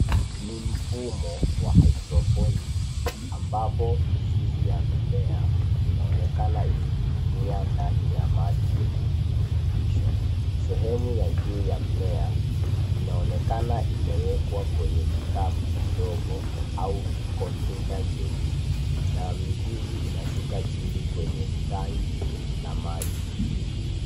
Ni mfumo wa hydroponics ambapo mizizi ya mimea inaonekana ikininginia ndani ya maji yenye virutubisho. Sehemu ya juu ya mmea inaonekana imewekwa kwenye kikapu kidogo au container jeusi na mizizi inashuka chini kwenye tangi la maji.